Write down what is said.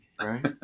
right